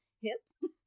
hips